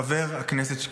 חבר הכנסת.